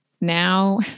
now